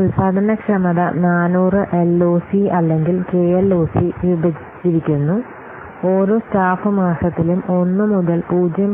ഉൽപാദനക്ഷമത ഇത് 1 ന് തുല്യമാണ് ഉൽപാദനക്ഷമത 400 എൽഓസി അല്ലെങ്കിൽ കെഎൽഓസി വിഭജിച്ചിരിക്കുന്നു ഓരോ സ്റ്റാഫ് മാസത്തിലും 1 മുതൽ 0